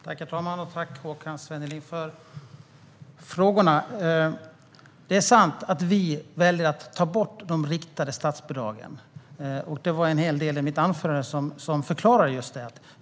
Herr talman! Tack, Håkan Svenneling, för repliken! Det är sant att vi väljer att ta bort de riktade statsbidragen. Det var en hel del i mitt anförande som förklarade just det.